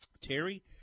Terry